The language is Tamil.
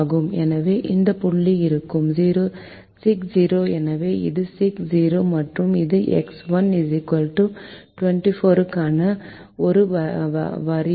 எனவே இந்த புள்ளி இருக்கும் 60 எனவே இது 60 மற்றும் இது எக்ஸ் 1 24 க்கான ஒரு வரியாகும்